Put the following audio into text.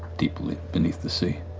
deeply beneath the sea.